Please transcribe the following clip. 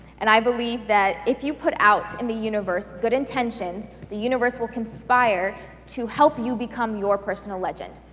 and i believe that if you put out in the universe good intentions, the universe will conspire to help you become your personal legend.